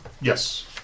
Yes